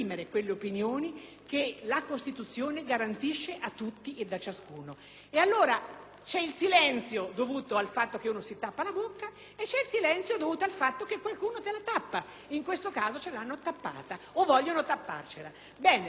il silenzio dovuto al fatto che uno si tappa la bocca o c'è il silenzio dovuto al fatto che qualcuno te la "tappa"; in questo caso c'è l'hanno "tappata" o vogliono "tapparcela". Nel nostro Parlamento ci sono forze che hanno dietro le loro spalle una storia fatta di valori,